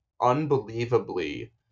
unbelievably